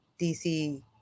DC